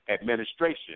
administration